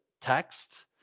text